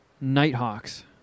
Nighthawks